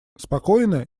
спокойно